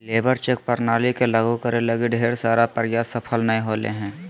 labour check प्रणाली के लागु करे लगी ढेर सारा प्रयास सफल नय होले हें